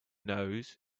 nose